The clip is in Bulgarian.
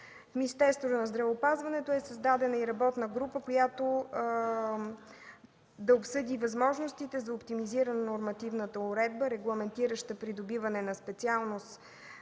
Министерството на здравеопазването е създадена и работна група, която да обсъди възможностите за оптимизиране на нормативната уредба, регламентираща придобиване на специалност